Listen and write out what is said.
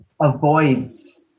avoids